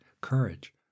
courage